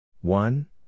One